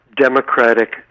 democratic